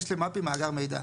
יש למפ"י מאגר מידע.